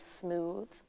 smooth